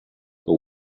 but